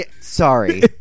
Sorry